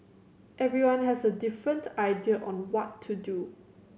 everyone has a different idea on what to do